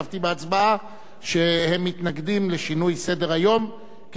שהם מתנגדים לשינוי סדר-היום כפי שגובש